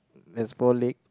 has four leg